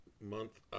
month